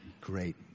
Great